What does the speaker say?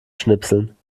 schnipseln